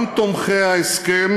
גם תומכי ההסכם